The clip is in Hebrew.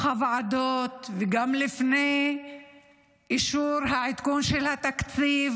הוועדות וגם לפני אישור העדכון של התקציב,